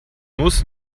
muss